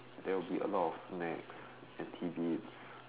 there will be a lot of snacks and tidbits